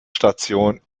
station